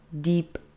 deep